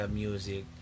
music